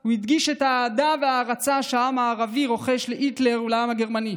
הוא הדגיש את האהדה וההערצה שהעם הערבי רוחש להיטלר ולעם הגרמני.